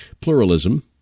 pluralism